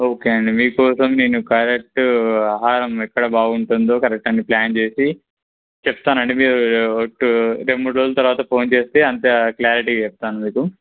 okay అండి మీకోసం నేను కరెక్ట్ ఆహారం ఎక్కడ బాగుంటుందో కరెక్ట్ అన్ని ప్లాన్ చేసి చెప్తానండి మీరు ఒక రెండు మూడు రోజుల తర్వాత ఫోన్ చేస్తే అంతే క్లారిటీగా చెప్తాను మీకు